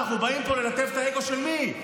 אנחנו באים לפה ללטף את האגו של מי?